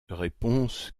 réponse